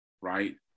right